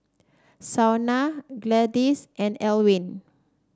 Shauna Gladyce and Alwin